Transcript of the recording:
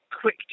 quick